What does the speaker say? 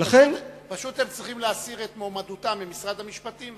פשוט הם צריכים להסיר את מועמדותם ממשרד המשפטים,